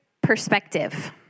perspective